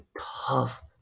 tough